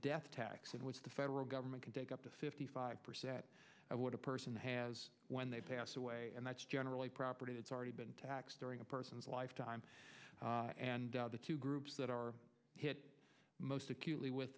death tax in which the federal government can take up to fifty five percent of what a person has when they pass away and that's generally property that's already been taxed during a person's lifetime and the two groups that are most acutely with